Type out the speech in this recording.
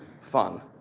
fun